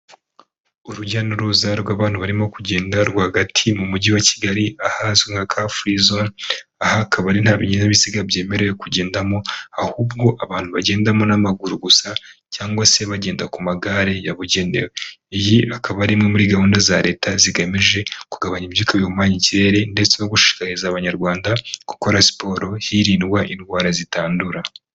Urujya n'uruza rw'abantu barimo kugenda rwagati mu mujyi wa kigali ahazwi nka car free zon ahakaba ari nta binyabiziga byemerewe kugendamo ahubwo abantu bagendamo n'amaguru gusa cyangwa se bagenda ku magare yabugenewe iyi akaba ari imwe muri gahunda za leta zigamije kugabanya ibyuka bihumanya ikirere ndetse no gushishikariza abanyarwanda gukora siporo hirindwa indwara zitandura.